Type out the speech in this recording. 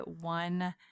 one